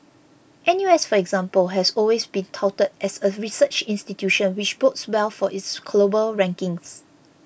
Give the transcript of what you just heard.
N U S for example has always been touted as a research institution which bodes well for its global rankings